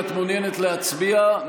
אם את מעוניינת להצביע,